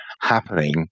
happening